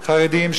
חרדים,